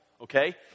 Okay